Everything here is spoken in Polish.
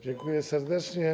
Dziękuję serdecznie.